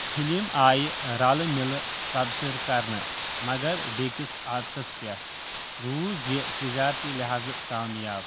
film آیہِ رلہٕ مِلہٕ تبصِرٕ كرنہٕ مگر بیٚکس آفِسس پیٚٹھ روٗز یہِ تِجٲرتی لحاظہٕ کامیاب